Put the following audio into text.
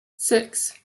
six